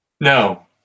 No